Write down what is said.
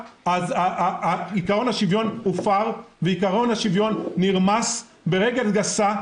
עיקרון השוויון הופר ונרמס ברגל גסה,